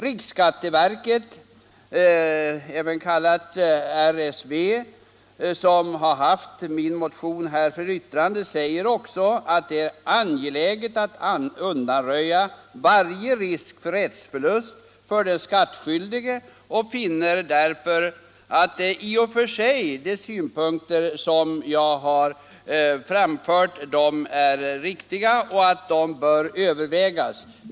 Riksskatteverket, RSV, som har haft min motion för yttrande, säger också att det är angeläget att undanröja varje risk för rättsförlust för den skattskyldige och finner därför att de synpunkter som jag framfört i och för sig är riktiga och bör övervägas.